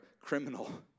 criminal